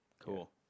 Cool